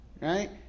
right